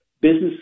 business